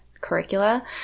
curricula